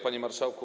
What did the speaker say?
Panie Marszałku!